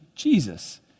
Jesus